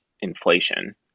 inflation